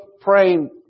praying